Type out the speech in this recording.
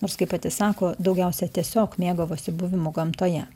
nors kaip pati sako daugiausia tiesiog mėgavosi buvimu gamtoje